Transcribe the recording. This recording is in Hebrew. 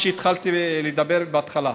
איך שאמרתי כשהתחלתי לדבר.